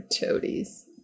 toadies